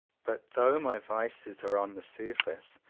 but though my vices are on the surface,